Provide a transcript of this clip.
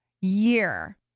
year